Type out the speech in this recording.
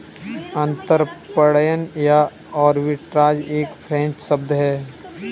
अंतरपणन या आर्बिट्राज एक फ्रेंच शब्द है